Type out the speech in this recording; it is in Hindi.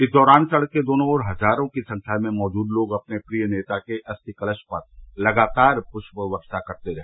इस दौरान सड़क के दोनों ओर हजारों की संख्या में मौजूद लोग अपने प्रिय नेता के अस्थि कलश पर लगातार पूष्य वर्षा करते रहे